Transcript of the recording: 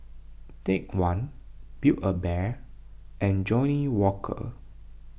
Take one Build A Bear and Johnnie Walker